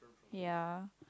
ya